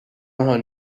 her